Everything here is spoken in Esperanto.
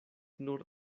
nur